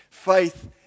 Faith